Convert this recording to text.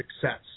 success